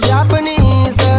Japanese